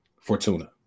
Fortuna